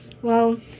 Well